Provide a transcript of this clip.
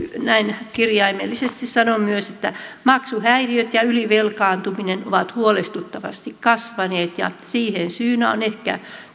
näin kirjaimellisesti sanon myös että maksuhäiriöt ja ylivelkaantuminen ovat huolestuttavasti kasvaneet ja siihen syynä ovat ehkä